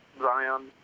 Zion